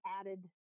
added